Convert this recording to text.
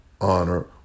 honor